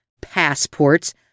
passports